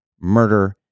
murder